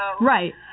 Right